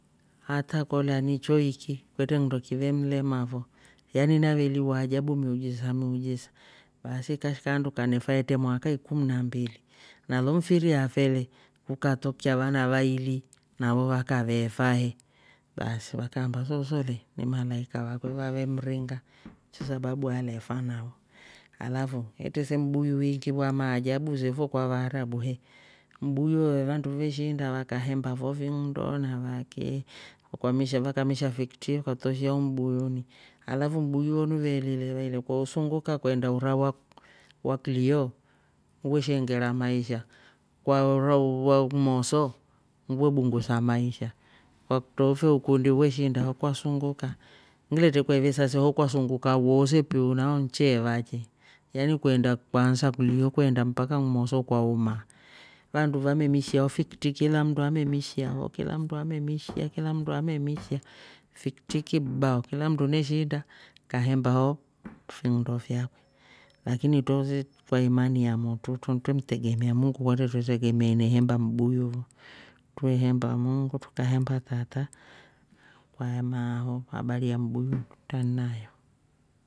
Hata kolya ni choiki kwetre nndo kivemlema fo yani naveli wa ajabu miujiza miujiza baasi ikashika handu kanefa etre mwaaka ikumna mbili nalo mfiri afe le kukatokya vana vaili navo vakave efa he baasi vakaamba sooso le nimalaika vakwe vavemringa cho sababu alefa navo alafu etre se mbuyu wiingi wa maajabu se fo kwavaarabu he mbuyu wo ve vandu veshiinda vakahemba fo fiindo na vaki wakamisha fiktri ukaktroshia ho mbuyuni alafu mbuyu wo nuveeli le vaile ukausunguka ukaenda ura waklio wesheengera maisha kwa ura wa kimoso we bungusa maisha kwakutrose ukundi we shiinda ho kwasunguka ngiletrekwa ivesa se ho kwasunguka woose piu nao ncheeva chi ukaansa kulia ukeenda mpaka kimoso kwaumaaa vandu vamemishia o fikitri kila mndu amemishia, kilamndu amemishia oh fiktri kibau kila mndu neshiinda kahemba ho finndo fyakwe lakini tro se kwa imani ya motru tro twemtegemia munguu kwetre twe tegemia ine hemba mbuyu fo tre hemba muungu trukahemba tata kwaemaaho habari ya mbuyu trani nayo.